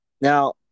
Now